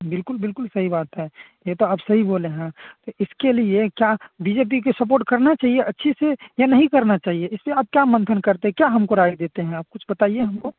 बिल्कुल बिल्कुल सही बात है ये तो आप सही बोले हैं इसके लिए क्या जे पी के सपोर्ट करना चाहिए अच्छे से या नहीं करना चाहिए इससे आप क्या मंथन करते हैं क्या हमको राय देते हैं आप कुछ बताइए हमको